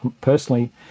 personally